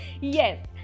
Yes